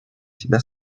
себя